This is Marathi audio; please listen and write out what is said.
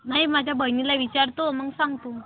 नाही माझ्या बहिणीला विचारतो मग सांगतो